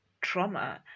trauma